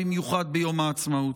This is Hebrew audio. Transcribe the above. במיוחד ביום העצמאות.